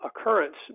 occurrence